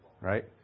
right